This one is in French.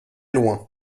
loin